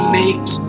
makes